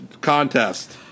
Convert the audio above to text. contest